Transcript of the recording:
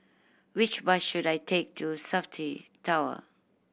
which bus should I take to Safti Tower